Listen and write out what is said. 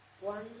One